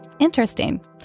interesting